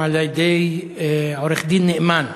גם על-ידי עורך-דין נאמן,